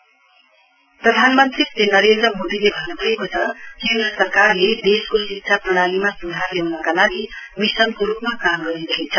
PM प्रधानमन्त्री श्री नरेन्द्र मोदीले भन्नुभएको छ केन्द्र सरकारले देशको शिक्षा प्रणालीमा सुधार ल्याउनका लागि मिशनको रुपमा काम गरिरहेछ